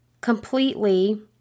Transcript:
completely